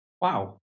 Wow